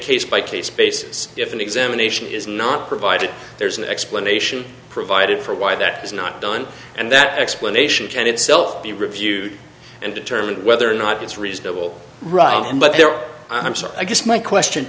case by case basis if an examination is not provided there's an explanation provided for why that is not done and that explanation can itself be reviewed and determine whether or not it's reasonable right but there i'm so i guess my question